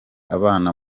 abana